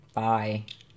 bye